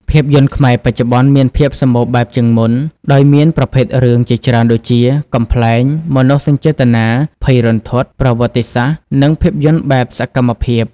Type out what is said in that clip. ភាពយន្តខ្មែរបច្ចុប្បន្នមានភាពសម្បូរបែបជាងមុន ដោយមានប្រភេទរឿងជាច្រើនដូចជា កំប្លែង មនោសញ្ចេតនា ភ័យរន្ធត់ ប្រវត្តិសាស្ត្រ និងភាពយន្តបែបសកម្មភាព។